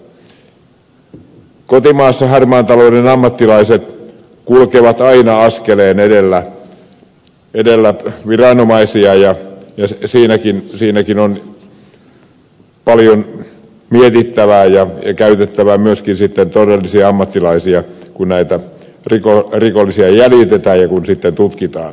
kotimaassa harmaan talouden ammattilaiset kulkevat aina askeleen edellä viranomaisia ja siinäkin on paljon mietittävää ja käytettävä sitten myöskin todellisia ammattilaisia kun näitä rikollisia jäljitetään ja sitten tutkitaan